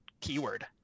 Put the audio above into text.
keyword